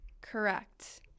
Correct